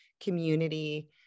community